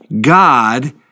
God